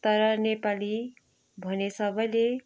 तर नेपाली भने सबैले